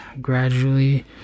Gradually